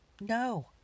No